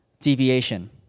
deviation